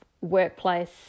workplace